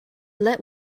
let